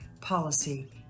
policy